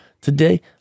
today